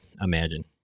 imagine